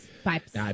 Pipes